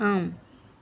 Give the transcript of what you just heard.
ஆம்